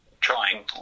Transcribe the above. trying